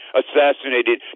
assassinated